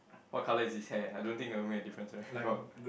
what color is his hair I don't think it will make a difference right got or not